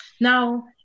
Now